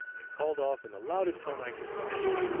and called off in the loudest tone i could command,